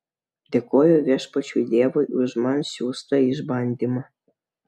dėkoju viešpačiui dievui už man siųstą išbandymą